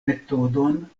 metodon